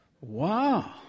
Wow